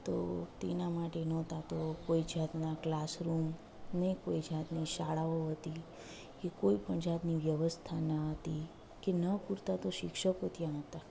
તો તેના માટે નોતા તો કોઈ જાતના ક્લાસરૂમ ને કોઈ જાતની શાળાઓ હતી એ કોઈ પણ જાતની વ્યવસ્થા ન હતી કે ન પૂરતા શિક્ષકો ત્યાં હતાં